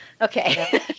Okay